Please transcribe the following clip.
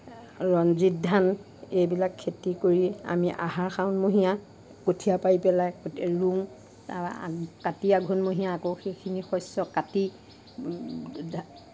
ৰঞ্জিত ধান এইবিলাক খেতি কৰি আমি আহাৰ শাওনমহীয়া কঠীয়া পাৰি পেলাই ৰুওঁ কাতি আঘোণমহীয়া আকৌ শস্য কাটি